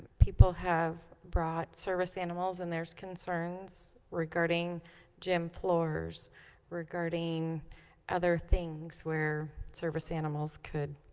people have brought service animals, and there's concerns regarding gym floors regarding other things where service animals could